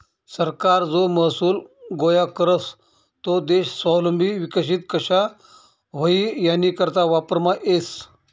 सरकार जो महसूल गोया करस तो देश स्वावलंबी विकसित कशा व्हई यानीकरता वापरमा येस